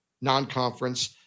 non-conference